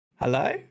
hello